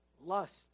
lust